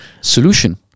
solution